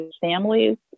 families